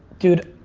dude,